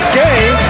game